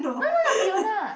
no no not Fiona